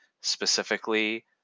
specifically